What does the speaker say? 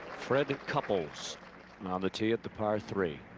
fred couples on the tee at the par three.